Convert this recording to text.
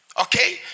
Okay